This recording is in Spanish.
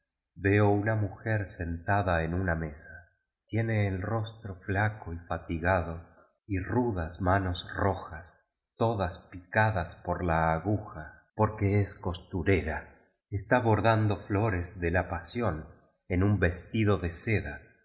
veo una mujer sentada en una mesa nene tí rostro flaco y fatigado y rudas manos rojas todas picadas por ja aguja porque i biblioteca nacional de españa ca costurera está bordando flores de la pasión en un vestido de seda